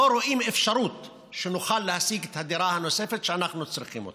לא רואים אפשרות שנוכל להשיג את הדירה הנוספת שאנחנו צריכים.